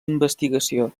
investigació